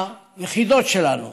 היחידות שלנו,